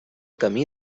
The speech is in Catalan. camí